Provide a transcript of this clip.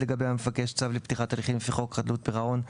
לגבי המבקש צו לפתיחת הליכים לפי חוק חדלות פירעון,